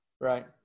Right